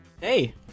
Hey